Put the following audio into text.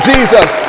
Jesus